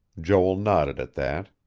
joel nodded at that.